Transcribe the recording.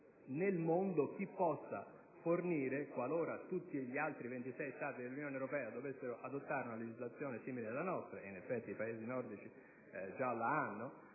nel mondo chi possa fornirle qualora tutti gli altri 26 Stati dell'Unione europea dovessero adottare una legislazione simile alla nostra. In effetti, i Paesi nordici già l'hanno